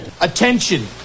Attention